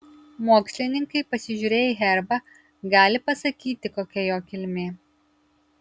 mokslininkai pasižiūrėję į herbą gali pasakyti kokia jo kilmė